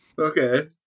Okay